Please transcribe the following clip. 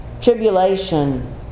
tribulation